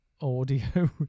audio